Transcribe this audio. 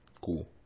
Cool